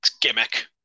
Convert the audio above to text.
gimmick